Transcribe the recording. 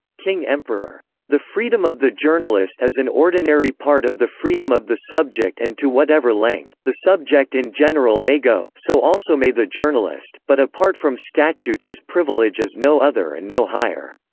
king emperor the freedom of the journalist is an ordinary part of the freedom of the subject and to whatever length, the subject in general may go, so also may the journalist, but apart from statute his privilege is no other and no higher.